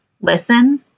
listen